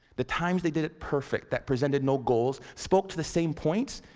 the times they did it perfect. that presented no goals, spoke to the same points,